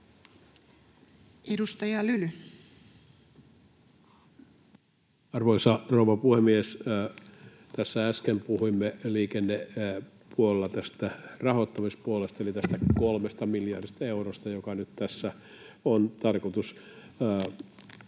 Content: Arvoisa rouva puhemies! Tässä äsken puhuimme liikennepuolella tästä rahoittamispuolesta eli tästä kolmesta miljardista eurosta, joka nyt tässä on tarkoitus saada